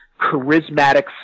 charismatic